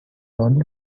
only